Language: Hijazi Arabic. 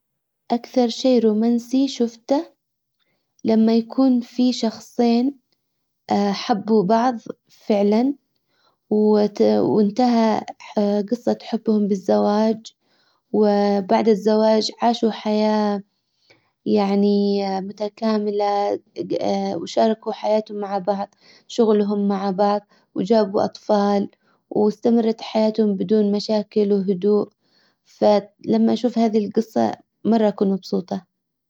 اكثر شي رومانسي شفته لما يكون في شخصين حبوا بعظ فعلا وانتهى قصة حبهم بالزواج وبعد الزواج عاشوا حياة يعني متكاملة وشاركوا حياتهم مع بعض شغلهم مع بعض وجابوا اطفال. واستمرت حياتهم بدون مشاكل وهدوء. لما اشوف هذي القصة مرة اكون مبسوطة.